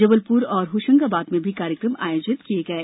जबलपुर और होशंगाबाद में भी कार्यक्रम आयोजित किये गए